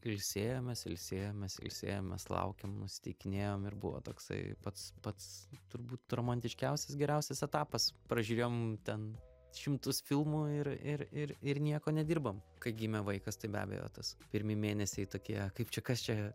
ilsėjomės ilsėjomės ilsėjomės laukėm nusiteikinėjom ir buvo toksai pats pats turbūt romantiškiausias geriausias etapas pražiūrėjom ten šimtus filmų ir ir ir ir nieko nedirbom kai gimė vaikas tai be abejo tas pirmi mėnesiai tokie kaip čia kas čia